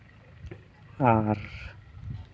ᱟᱨ